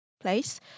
place